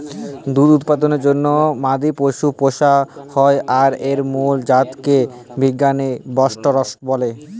দুধ উৎপাদনের জন্যে মাদি পশু পুশা হয় আর এর মুল জাত টা কে বিজ্ঞানে বস্টরস বলে